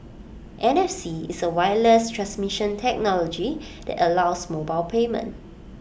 N F C is A wireless transmission technology that allows mobile payment